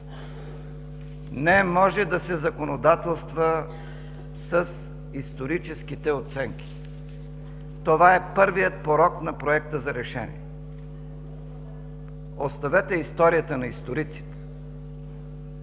Не може да се законодателства с историческите оценки. Това е първият порок на Проекта на решение. Оставете историята на историците!